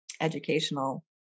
educational